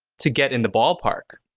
to get in the ballpark.